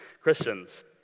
Christians